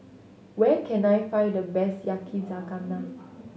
where can I find the best Yakizakana